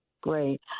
Great